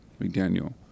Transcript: McDaniel